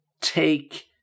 take